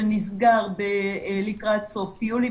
שנסגר לקראת סוף יולי,